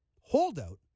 Holdout